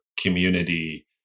community